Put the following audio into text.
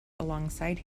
alongside